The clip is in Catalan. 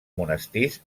monestirs